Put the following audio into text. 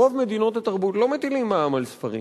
ברוב מדינות התרבות לא מטילים מע"מ על ספרים.